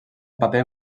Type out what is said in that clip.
paper